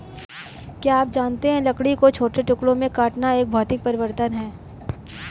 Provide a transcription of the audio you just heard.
क्या आप जानते है लकड़ी को छोटे टुकड़ों में काटना एक भौतिक परिवर्तन है?